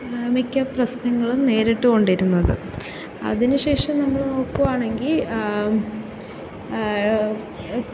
മിക്ക പ്രശ്നങ്ങളും നേരിട്ടു കൊണ്ടിരുന്നത് അതിനു ശേഷം നമ്മൾ നോക്കുകയാണെങ്കിൽ